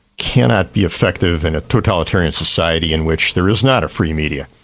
cannot be effective in a totalitarian society in which there is not a free media.